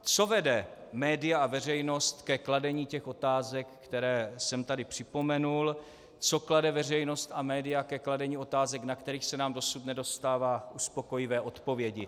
Co vede média a veřejnost ke kladení těch otázek, které jsem tady připomenul, co vede veřejnost a média ke kladení otázek, na kterých se nám dosud nedostává uspokojivé odpovědi?